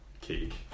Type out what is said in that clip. cake